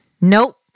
nope